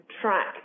track